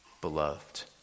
beloved